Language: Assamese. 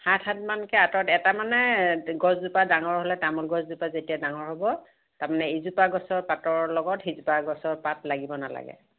সাতহাত মানকৈ আঁতৰত এটা মানে গছজোপা ডাঙৰ হ'লে তামোল গছজোপা যেতিয়া ডাঙৰ হ'ব তাৰ মানে ইজোপা গছৰ পাতৰ লগত সিজোপা গছৰ পাত লাগিব নালাগে